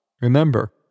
Remember